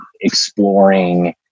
exploring